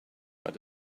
but